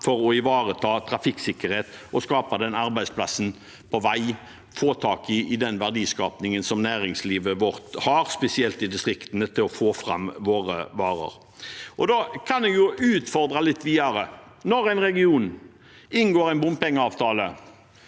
for å ivareta trafikksikkerhet, for å skape arbeidsplasser på vei, for å få tak i den verdiskapingen som næringslivet vårt har, spesielt i distriktene, for å få fram våre varer. Jeg kan utfordre litt videre: Når en region inngår en bompengeavtale